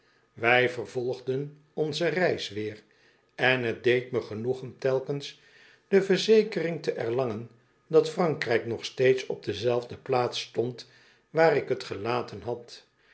wij vervolgden onze reis weer en t deed me genoegen telkens de verzekering te erlangen dat frankrn'k nog steeds op dezelfde plaats stond waar ik t gelaten had